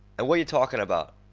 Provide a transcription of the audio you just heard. ah, what yeh talkin' about?